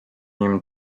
nim